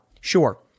Sure